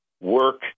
work